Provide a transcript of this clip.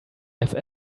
have